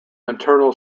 maternal